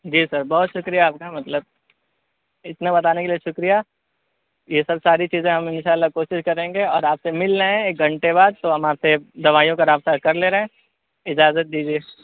جی sir بہت شکریہ آپ کا مطلب اتنا بتانے کے لیے شکریہ یہ سب ساری چیزیں ہم ان شاء اللہ کوشش کریں گے اور آپ سے مل رہے ہیں ایک گھنٹے بعد تو ہم آپ سے دوائیوں کا رابطہ کر لے رہے ہیں اجازت دیجیے